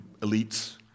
elites